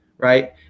right